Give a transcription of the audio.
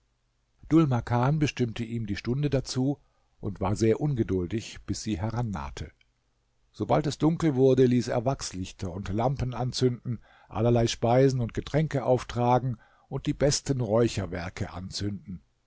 dhul makan bestimmte ihm die stunde dazu und war sehr ungeduldig bis sie herannahte sobald es dunkel wurde ließ er wachslichter und lampen anzünden allerlei speisen und getränke auftragen und die besten räucherwerke anzünden